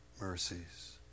mercies